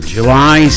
July